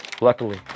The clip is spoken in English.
luckily